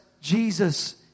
Jesus